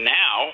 now